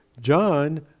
John